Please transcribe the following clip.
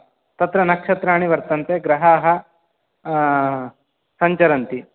तत्र नक्षत्राणि वर्तन्ते ग्रहाः सञ्चरन्ति